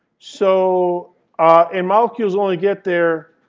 so and molecules only get there